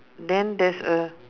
then there's a